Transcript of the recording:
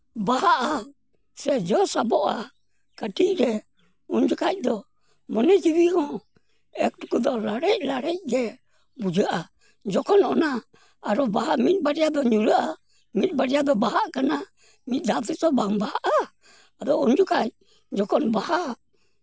ᱵᱟᱦᱟᱜᱼᱟ ᱥᱮ ᱡᱚ ᱥᱟᱵᱚᱜᱼᱟ ᱠᱟᱹᱴᱤᱡ ᱨᱮ ᱩᱱ ᱡᱚᱠᱷᱟᱡ ᱫᱚ ᱢᱚᱱᱮ ᱡᱤᱣᱤ ᱦᱚᱸ ᱮᱠ ᱠᱚᱫᱚ ᱞᱟᱲᱮᱡ ᱞᱟᱲᱮᱡ ᱜᱮ ᱵᱩᱡᱷᱟᱹᱜᱼᱟ ᱡᱚᱠᱷᱚᱱ ᱚᱱᱟ ᱵᱟᱦᱟ ᱢᱤᱫ ᱵᱟᱨᱭᱟ ᱫᱚ ᱧᱩᱨᱦᱟᱹᱜᱼᱟ ᱢᱤᱫ ᱵᱟᱨᱭᱟ ᱫᱚ ᱵᱟᱦᱟᱜ ᱠᱟᱱᱟ ᱢᱤᱫ ᱫᱷᱟᱣ ᱛᱮᱛᱚ ᱵᱟᱝ ᱵᱟᱦᱟᱜᱼᱟ ᱟᱫᱚ ᱩᱱ ᱡᱚᱠᱷᱟᱡ ᱡᱚᱠᱷᱚᱱ ᱵᱟᱦᱟᱜᱼᱟ